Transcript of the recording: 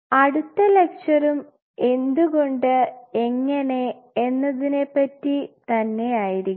അടുത്ത ലെക്ചറും എന്തുകൊണ്ട് എങ്ങനെ എന്നതിനെപ്പറ്റി തന്നെയായിരിക്കും